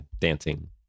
dancing